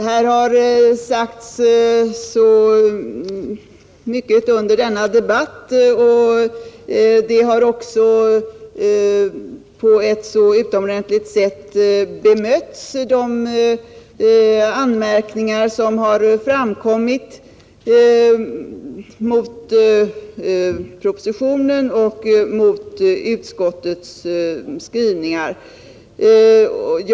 Herr talman! Här har sagts så mycket under denna debatt, och de anmärkningar som framkommit mot propositionen och mot utskottets skrivningar har också bemötts på ett utomordentligt sätt.